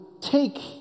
take